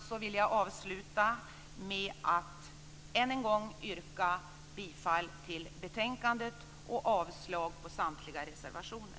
Jag vill avsluta med att än en gång yrka bifall till hemställan i betänkandet och avslag på samtliga reservationer.